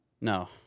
No